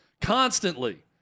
constantly